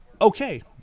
okay